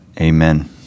Amen